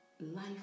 life